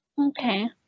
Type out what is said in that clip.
Okay